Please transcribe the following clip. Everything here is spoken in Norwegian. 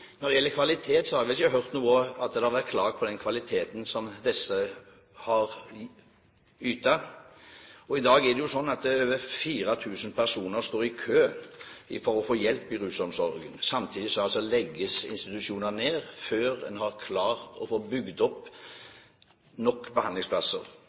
Når det gjelder kvaliteten som disse har ytt, har vi ikke hørt noe om at det har vært klagd på den. I dag står over 4 000 personer i kø for å få hjelp innenfor rusomsorgen. Samtidig legges altså institusjoner ned før en har klart å få bygd